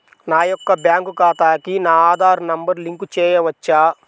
నా యొక్క బ్యాంక్ ఖాతాకి నా ఆధార్ నంబర్ లింక్ చేయవచ్చా?